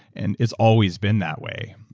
and it's always been that way,